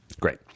Great